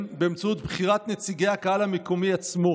באמצעות בחירת נציגי הקהל המקומי עצמו,